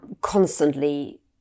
constantly